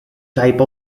type